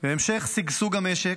והמשך שגשוג המשק,